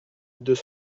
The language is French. deux